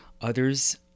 Others